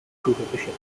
prohibition